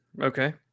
okay